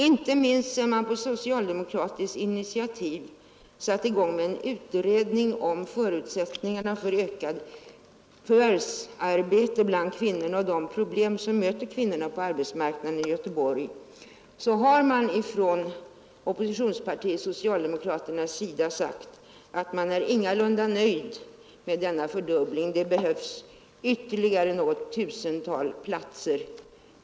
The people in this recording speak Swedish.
Inte minst sedan man på socialdemokratiskt initiativ satte i gång med en utredning om förutsättningarna för ökat förvärvsarbete bland kvinnorna och de problem som möter kvinnorna på arbetsmarknaden i Göteborg, har man från oppositionspartiet socialdemokraternas sida sagt att man ingalunda är nöjd med denna fördubbling. Det behövs ytterligare något tusental platser.